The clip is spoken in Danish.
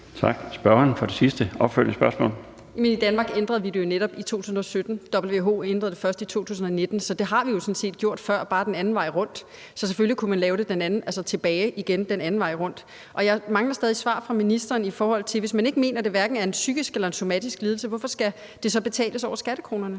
Tak. Spørgeren for det sidste opfølgende spørgsmål. Kl. 13:21 Mette Thiesen (DF): Men i Danmark ændrede vi det netop i 2017, og WHO ændrede det først i 2019, så det har vi jo sådan set gjort før, bare den anden vej rundt. Så selvfølgelig kunne man rulle det tilbage den anden vej rundt. Jeg mangler stadig væk svar fra ministeren: Hvis man mener, at det hverken er en psykisk eller en somatisk lidelse, hvorfor skal det så betales over skattekronerne?